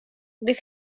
det